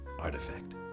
artifact